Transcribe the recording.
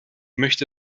möchte